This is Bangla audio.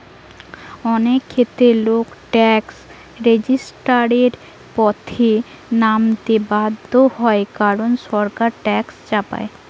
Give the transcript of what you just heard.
অনেক ক্ষেত্রে লোক ট্যাক্স রেজিস্ট্যান্সের পথে নামতে বাধ্য হয় কারণ সরকার ট্যাক্স চাপায়